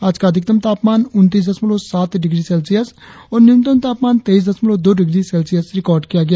आज का अधिकतम तापमान उनतीस दशमलव सात डिग्री सेल्सियस और न्यूनतम तापमान तेईस दशमलव दो डिग्री सेल्सियस रिकार्ड किया गया